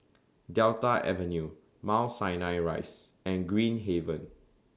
Delta Avenue Mount Sinai Rise and Green Haven